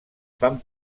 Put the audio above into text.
fan